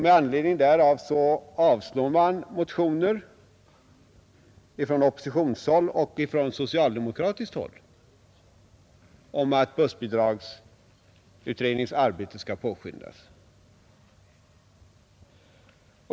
Med anledning därav avstyrker man motioner från oppositionshåll och från socialdemokratiskt håll om att bussbidragsutredningens arbete skall påskyndas.